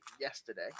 yesterday